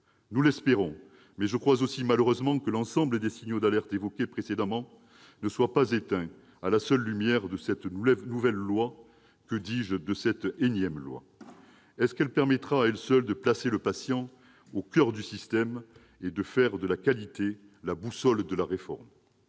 Nous l'espérons, mais je crois aussi, malheureusement, que l'ensemble des signaux d'alerte qui ont été évoqués précédemment ne seront pas levés à la seule lumière de cette nouvelle, que dis-je, de cette énième loi. Cette dernière permettra-t-elle, à elle seule, de placer le patient au coeur du système et de faire de la qualité la boussole de la réforme ?